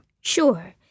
Sure